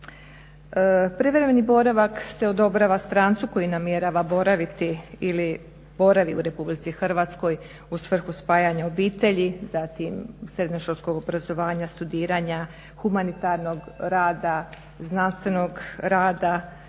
Privremeni boravak se odobrava strancu koji namjerava boraviti ili boravi u Republici Hrvatskoj u svrhu spajanja obitelji, zatim srednjoškolskog obrazovanja, studiranja, humanitarnog rada, znanstvenog rada